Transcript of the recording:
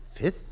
Fifth